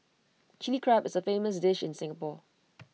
Chilli Crab is A famous dish in Singapore